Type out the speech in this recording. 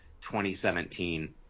2017